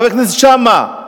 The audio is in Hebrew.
חבר הכנסת שאמה,